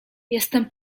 jestem